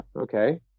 Okay